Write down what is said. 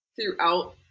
throughout